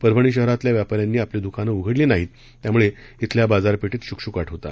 परभणी शहरातल्या व्यापाऱ्यांनी आपली दुकानं उघडली नाहीत त्यामुळे इथल्या बाजारपेठेत शुकशुकाट होता